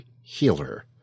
Healer